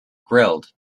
grilled